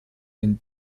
den